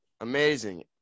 Amazing